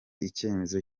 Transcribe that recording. icyemezo